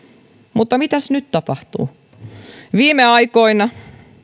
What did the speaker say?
mutta mitäs nyt tapahtuu viime aikoina